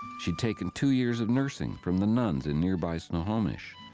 she'd taken two years of nursing from the nuns in nearby snohomish.